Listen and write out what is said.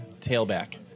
tailback